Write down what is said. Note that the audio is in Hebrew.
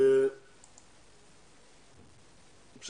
אז